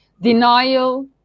denial